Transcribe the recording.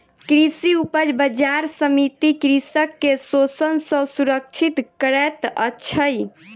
कृषि उपज बजार समिति कृषक के शोषण सॅ सुरक्षित करैत अछि